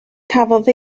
cafodd